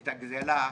את הגזלה לבעליה.